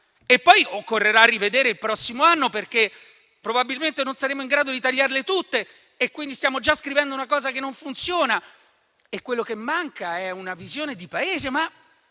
Poi occorrerà rivedere il prossimo anno, perché probabilmente non saremo in grado di tagliarle tutte, quindi stiamo già scrivendo una cosa che non funziona. Quello che manca è una visione di Paese.